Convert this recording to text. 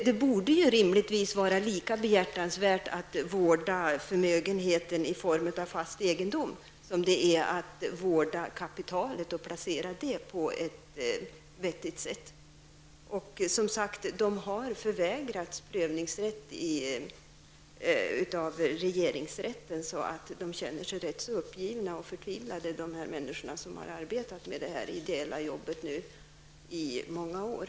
Det borde ju rimligtvis vara lika behjärtansvärt att vårda förmögenhet i form av fast egendom som att vårda kapitalet och placera det på ett vettigt sätt. Stiftelsen har, som sagts, förvägrats prövningsrätt av regeringsrätten, så de människor som nu i många år har ägnat sig åt det här ideella arbetet känner sig rätt uppgivna och förtvivlade.